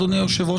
אדוני היושב-ראש,